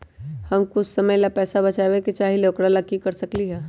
हम कुछ समय ला पैसा बचाबे के चाहईले ओकरा ला की कर सकली ह?